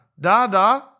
Dada